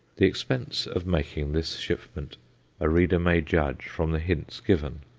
the expense of making this shipment a reader may judge from the hints given.